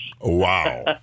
Wow